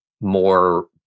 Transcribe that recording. more